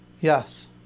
yes